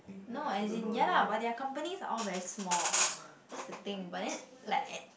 no as in ya lah but their companies are all very small that's the thing but then like at